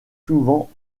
souvent